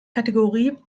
kategorie